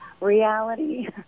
reality